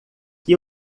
que